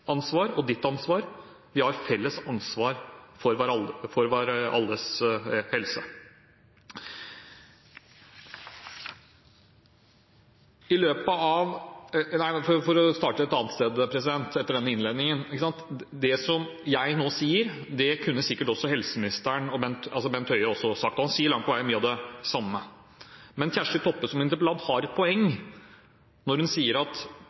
ansvar – vi har felles ansvar for alles helse. Det som jeg nå sier, kunne sikkert også helseministeren, Bent Høie, sagt. Han sier langt på vei mye av det samme. Men Kjersti Toppe som interpellant har et poeng når hun sier at